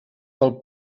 pel